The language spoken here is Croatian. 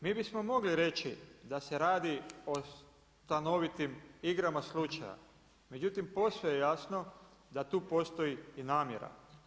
Mi bismo mogli reći da se radi o stanovitim igrama slučaja, međutim posve je jasno da tu postoji i namjera.